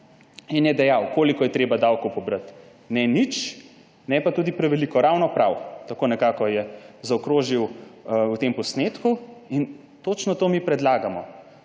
In je dejal, koliko je treba davkov pobrati – ne nič, ne pa tudi preveliko, ravno prav. Tako nekako je zaokrožil v tem posnetku. In točno to mi predlagamo.